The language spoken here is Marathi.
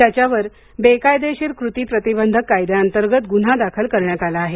त्याच्यावर बेकायदेशीर कृती प्रतिबंधक कायद्या अंतर्गत गुन्हा दाखल करण्यात आला आहे